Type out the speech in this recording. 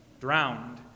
drowned